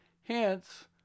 hence